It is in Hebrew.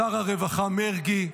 לשר הרווחה מרגי,